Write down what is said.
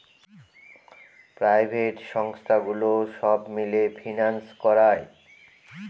private সংস্থাগুলো সব মিলে ফিন্যান্স করায়